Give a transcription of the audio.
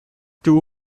two